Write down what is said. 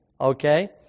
Okay